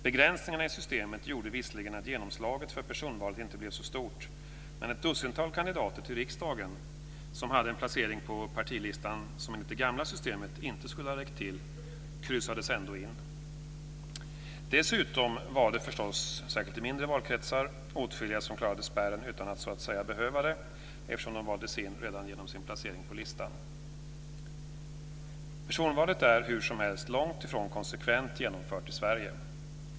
Begränsningarna i systemet gjorde visserligen att genomslaget för personvalet inte blev så stort, men ett dussintal kandidater till riksdagen, som hade en placering på partilistan som enligt det gamla systemet inte skulle har räckt till, kryssades ändå in. Dessutom var det förstås, särskilt i mindre valkretsar, åtskilliga som klarade spärren utan att så att säga behöva det, eftersom de valdes in redan genom sin placering på listan. Personvalet är hur som helst långt ifrån konsekvent genomfört i Sverige.